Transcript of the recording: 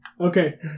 Okay